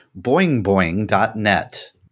Boingboing.net